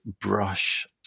brush